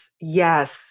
Yes